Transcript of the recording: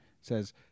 says